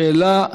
שאלה.